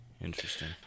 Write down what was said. Interesting